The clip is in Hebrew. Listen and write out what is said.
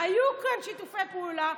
היו כאן שיתופי פעולה.